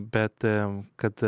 bet tam kad